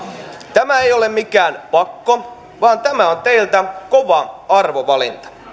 tämä ei ole mikään pakko vaan tämä on teiltä kova arvovalinta